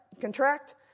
contract